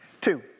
Two